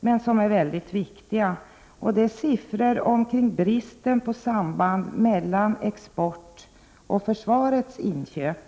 men som är mycket viktiga. Det gäller siffror beträffande bristen på samband mellan vapenexport och försvarets inköp.